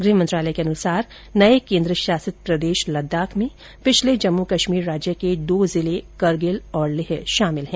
गृह मंत्रालय के अनुसार नये केंद्रशासित प्रदेश लद्दाख में पिछले जम्मू कश्मीर राज्य के दो जिले करगिल और लेह शामिल हैं